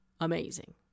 amazing